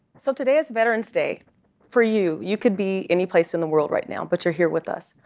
so today is veterans day for you. you could be any place in the world right now, but you're here with us.